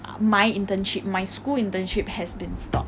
my internship my school internship has been stopped